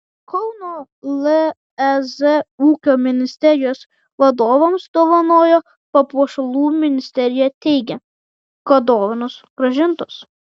kauno lez ūkio ministerijos vadovams dovanojo papuošalų ministerija teigia kad dovanos grąžintos